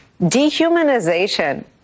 dehumanization